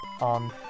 on